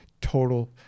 total